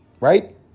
Right